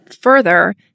further